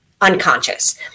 unconscious